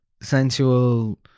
sensual